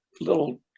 little